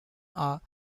are